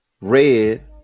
red